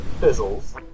fizzles